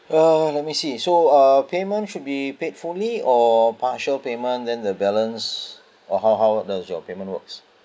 ah let me see so uh payment should be paid fully or partial payment then the balance uh how how does your payment works